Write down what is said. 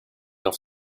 off